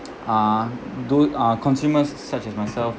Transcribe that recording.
ah do ah consumers such as myself